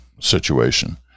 situation